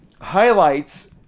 highlights